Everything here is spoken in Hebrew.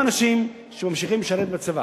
אני מוכן להוריד את הצעת החוק שלי, תעשו את זה,